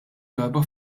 darba